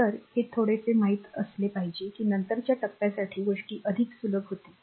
तर हे थोडेसे माहित असले पाहिजे की नंतरच्या टप्प्यासाठी गोष्टी अधिक सुलभ होतील